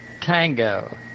Tango